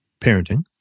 parenting